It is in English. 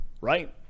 right